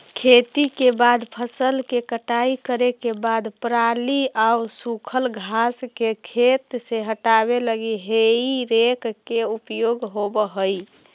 खेती के बाद फसल के कटाई करे के बाद पराली आउ सूखल घास के खेत से हटावे लगी हेइ रेक के उपयोग होवऽ हई